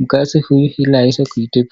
mkazi huyu huyu ili aweze kutibu.